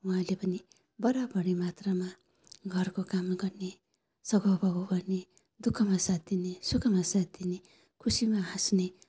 उहाँले पनि बराबरी मात्रामा घरको काम गर्ने सघाउपघाउ गर्ने दु खमा साथ दिने सुखमा साथ दिने खुसीमा हाँस्ने